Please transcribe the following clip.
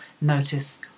notice